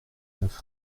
neuf